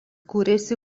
kūrėsi